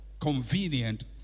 convenient